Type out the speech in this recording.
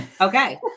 okay